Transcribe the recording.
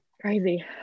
Crazy